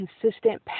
consistent